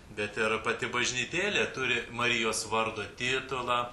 bet ir pati bažnytėlė turi marijos vardo titulą